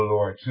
Lord